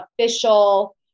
Official